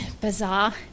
bizarre